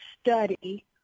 study